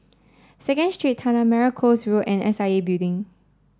Second Street Tanah Merah Coast Road and S I A Building